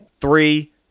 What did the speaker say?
three